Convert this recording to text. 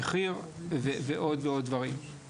את נושא המחיר ועוד ועוד דברים.